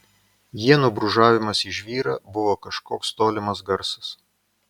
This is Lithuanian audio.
ienų brūžavimas į žvyrą buvo kažkoks tolimas garsas